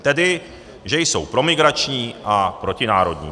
Tedy, že jsou promigrační a protinárodní.